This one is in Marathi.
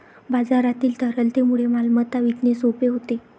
बाजारातील तरलतेमुळे मालमत्ता विकणे सोपे होते